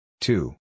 Two